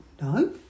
No